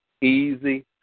easy